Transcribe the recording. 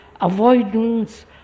avoidance